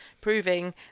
proving